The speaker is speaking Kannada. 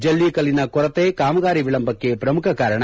ಜಲ್ಲಿ ಕಲ್ಲಿನ ಕೊರತೆ ಕಾಮಗಾರಿ ವಿಳಂಬಕ್ಕೆ ಪ್ರಮುಖ ಕಾರಣ